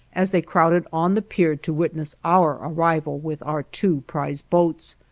as they crowded on the pier to witness our arrival with our two prize boats,